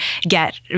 get